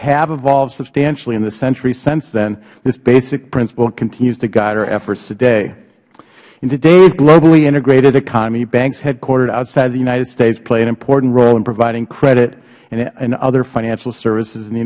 evolved substantially in the century since then this basic principle continues to guide our efforts today in today's globally integrated economy banks headquartered outside the united states play an important role in providing credit and other financial services in the